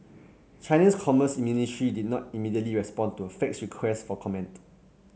China's commerce ministry did not immediately respond to a faxed request for comment